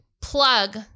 Plug